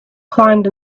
climbed